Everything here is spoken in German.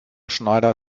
schneider